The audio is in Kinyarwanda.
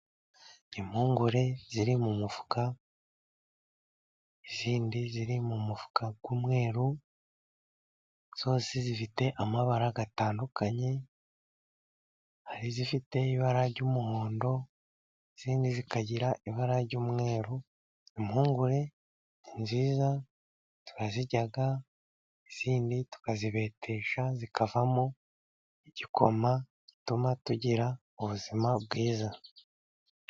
impungure ziri mu mifuka izindi ziri mu mumufuka w'umweru zose zifite amabara atandukanye, hari ifite ibara ry'umuhondo izindi zikagira ibara ry'umweru. Impungure nziza turazirya izindi tukazibetesha zikavamo igikoma gituma tugira ubuzima bwiza.